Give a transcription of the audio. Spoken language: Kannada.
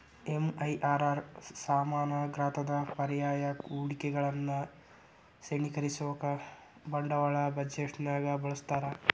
ಎಂ.ಐ.ಆರ್.ಆರ್ ಸಮಾನ ಗಾತ್ರದ ಪರ್ಯಾಯ ಹೂಡಿಕೆಗಳನ್ನ ಶ್ರೇಣೇಕರಿಸೋಕಾ ಬಂಡವಾಳ ಬಜೆಟ್ನ್ಯಾಗ ಬಳಸ್ತಾರ